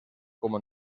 como